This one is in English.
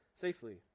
safely